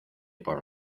por